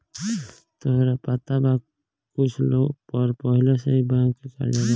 तोहरा पता बा कुछ लोग पर पहिले से ही बैंक के कर्जा बा